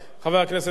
בבקשה,